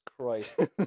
Christ